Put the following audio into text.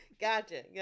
gotcha